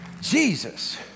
Jesus